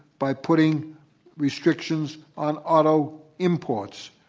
by putting restrictions on auto imports.